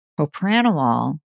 Propranolol